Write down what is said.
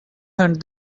hunt